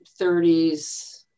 30s